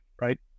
right